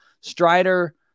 Strider